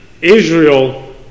Israel